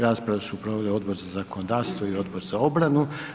Raspravu su proveli Odbor za zakonodavstvo i Odbor za obranu.